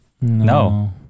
No